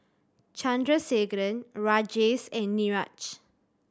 Chandrasekaran Rajesh and Niraj